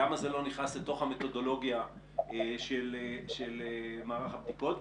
למה זה לא נכנס לתוך המתודולוגיה של מערך הבדיקות?